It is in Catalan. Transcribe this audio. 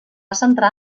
centrar